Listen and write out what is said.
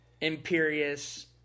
imperious